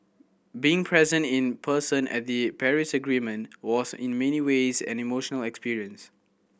being present in person at the Paris Agreement was in many ways an emotional experience